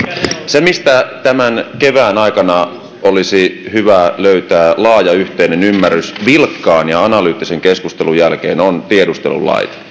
se mistä tämän kevään aikana olisi hyvä löytää laaja yhteinen ymmärrys vilkkaan ja ja analyyttisen keskustelun jälkeen on tiedustelulait